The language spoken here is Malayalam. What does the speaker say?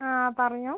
ആ പറഞ്ഞോ